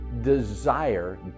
desire